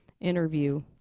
interview